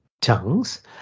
tongues